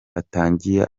atangiye